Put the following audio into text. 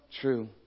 true